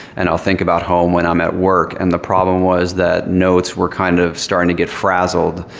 and i'll think about home when i'm at work. and the problem was that notes were kind of starting to get frazzled.